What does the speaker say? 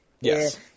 Yes